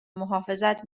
محافظت